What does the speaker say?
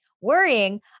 worrying